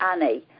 Annie